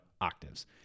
octaves